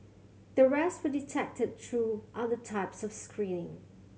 the rest were detected through other types of screening